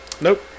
Nope